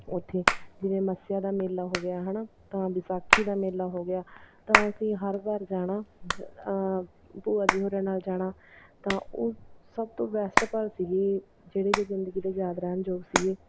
ਉੱਥੇ ਜਿਵੇਂ ਮੱਸਿਆ ਦਾ ਮੇਲਾ ਹੋ ਗਿਆ ਹੈ ਨਾ ਤਾਂ ਵਿਸਾਖੀ ਦਾ ਮੇਲਾ ਹੋ ਗਿਆ ਤਾਂ ਅਸੀਂ ਹਰ ਵਾਰ ਜਾਣਾ ਭੂਆ ਜੀ ਹੋਰਾਂ ਨਾਲ ਜਾਣਾ ਤਾਂ ਉਹ ਸਭ ਤੋਂ ਬੈਸਟ ਪਲ ਸੀਗੇ ਜਿਹੜੇ ਕਿ ਜ਼ਿੰਦਗੀ ਦੇ ਯਾਦ ਰਹਿਣਯੋਗ ਸੀਗੇ